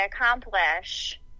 accomplish